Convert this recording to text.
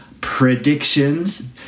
predictions